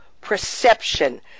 perception